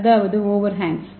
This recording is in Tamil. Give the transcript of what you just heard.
அதாவது ஓவர் ஹேங்ஸ்